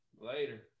Later